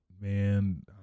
man